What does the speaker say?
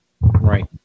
Right